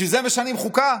בשביל זה משנים חוקה?